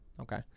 Okay